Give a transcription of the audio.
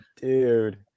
dude